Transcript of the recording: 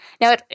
Now